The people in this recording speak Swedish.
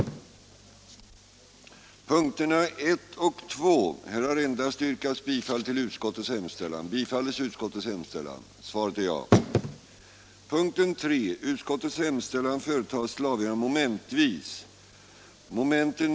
mot Chile den det ej vill röstar nej.